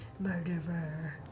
Murderer